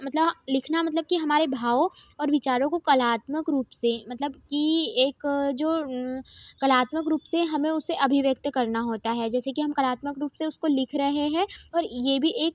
मतलब लिखना मतलब कि हमारे भावों और विचारों को कलात्मक रुप से मतलब की एक जो कलात्मक रूप से हमें उसे अभिव्यक्त करना होता है जैसे कि हम कलात्मक रूप से उसको लिख रहे हैं और ये भी एक